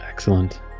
Excellent